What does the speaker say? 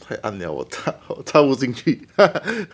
太暗 liao 我我穿不进去